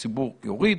הציבור יוריד,